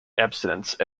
abstinence